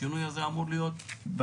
השינוי הזה אמור להיות --- ודאי.